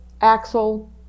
Axel